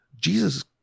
Jesus